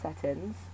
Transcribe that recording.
settings